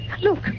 Look